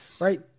right